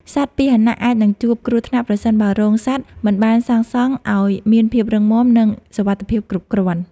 សត្វពាហនៈអាចនឹងជួបគ្រោះថ្នាក់ប្រសិនបើរោងសត្វមិនបានសាងសង់ឱ្យមានភាពរឹងមាំ និងសុវត្ថិភាពគ្រប់គ្រាន់។